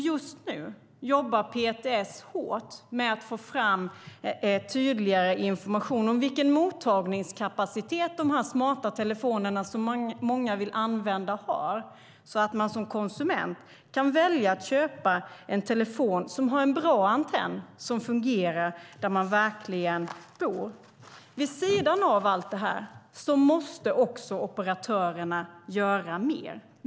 Just nu jobbar PTS hårt med att få fram tydligare information om vilken mottagningskapacitet de smarta telefoner som många vill använda har, så att man som konsument kan välja att köpa en telefon som har en bra antenn som fungerar där man verkligen bor. Vid sidan av allt det här måste också operatörerna göra mer.